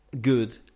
good